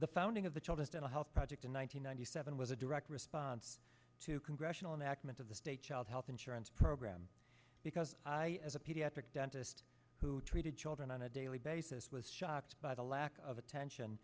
the founding of the child as dental health project in one thousand nine hundred seven was a direct response to congressional enactment of the state child health insurance program because i as a pediatric dentist who treated children on a daily basis was shocked by the lack of attention